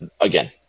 Again